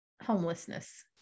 homelessness